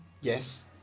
Yes